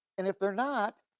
and if they're not,